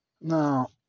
Now